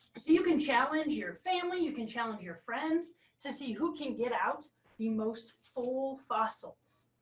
you can challenge your family. you can challenge your friends to see who can get out the most full fossils.